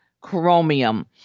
chromium